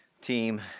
team